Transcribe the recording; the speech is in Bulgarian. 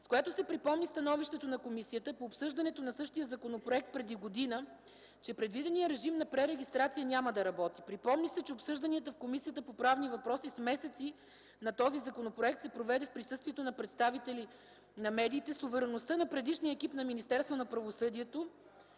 с което се припомни становището на комисията от обсъждането на същия законопроект преди година, че предвиденият режим на пререгистрация няма да работи. Припомни се, че обсъжданията в Комисията по правни въпроси в продължение на месеци на този законопроект се проведе в присъствието на представители на медиите с увереността на предишния екип на Министерството на правосъдието